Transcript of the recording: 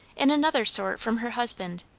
in another sort from her husband,